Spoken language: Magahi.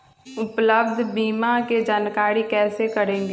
उपलब्ध बीमा के जानकारी कैसे करेगे?